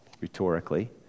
rhetorically